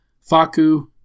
Faku